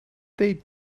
they